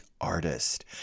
artist